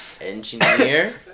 engineer